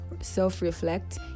self-reflect